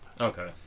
Okay